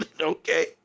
okay